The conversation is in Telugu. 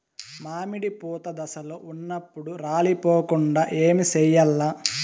మామిడి పూత దశలో ఉన్నప్పుడు రాలిపోకుండ ఏమిచేయాల్ల?